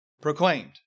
proclaimed